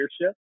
leadership